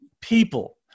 people